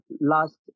last